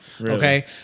okay